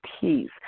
peace